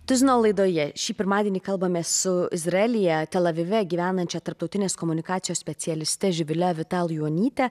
tuzino laidoje šį pirmadienį kalbamės su izraelyje tel avive gyvenančia tarptautinės komunikacijos specialiste živile vital juonyte